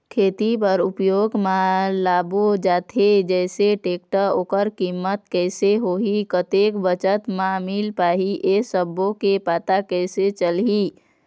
खेती बर उपयोग मा लाबो जाथे जैसे टेक्टर ओकर कीमत कैसे होही कतेक बचत मा मिल पाही ये सब्बो के पता कैसे चलही?